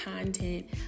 content